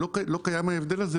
הוא לוקח הלוואה של 200 אלף שקל,